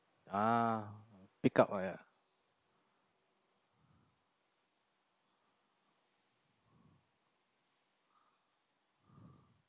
uh pick up uh ya